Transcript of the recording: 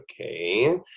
okay